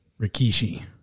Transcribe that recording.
Rikishi